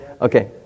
Okay